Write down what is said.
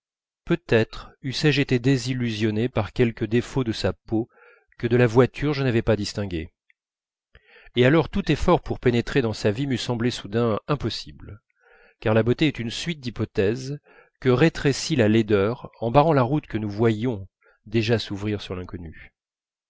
peut-être eussé-je été désillusionné par quelque défaut de sa peau que de la voiture je n'avais pas distingué et alors tout effort pour pénétrer dans sa vie m'eût semblé soudain impossible car la beauté est une suite d'hypothèses que rétrécit la laideur en barrant la route que nous voyions déjà s'ouvrir sur l'inconnu